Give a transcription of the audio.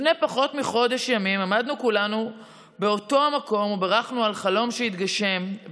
לפני פחות מחודש ימים עמדנו כולנו באותו מקום ובירכנו על חלום שהתגשם,